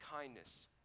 kindness